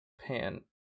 pan